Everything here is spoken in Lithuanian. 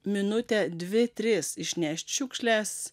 minutę dvi tris išnešt šiukšles